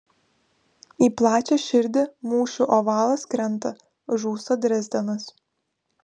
į plačią širdį mūšių ovalas krenta žūsta drezdenas